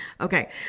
okay